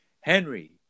henry